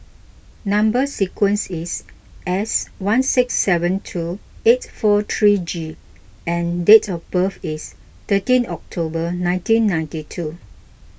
Number Sequence is S one six seven two eight four three G and date of birth is thirteen October nineteen ninety two